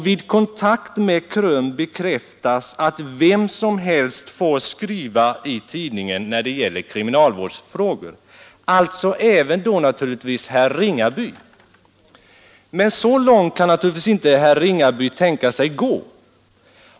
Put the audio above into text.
Vid kontakt med KRUM bekräftas att vem som helst får skriva i tidningen om kriminalvårdsfrågor, alltså naturligtvis då även herr Ringaby. Men så långt kan naturligtvis inte herr Ringaby tänka sig att gå.